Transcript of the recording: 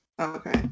Okay